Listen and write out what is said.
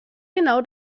genau